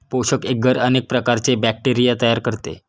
पोषक एग्गर अनेक प्रकारचे बॅक्टेरिया तयार करते